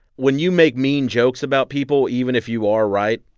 when you make mean jokes about people, even if you are right,